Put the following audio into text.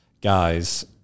guys